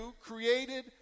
created